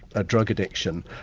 a drug addiction.